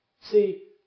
See